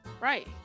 Right